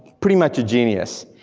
pretty much a genius.